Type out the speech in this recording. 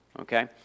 okay